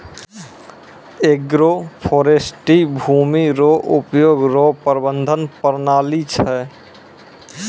agroforestry भूमी रो उपयोग रो प्रबंधन प्रणाली छै